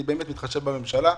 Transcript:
אני באמת מתחשב בממשלה,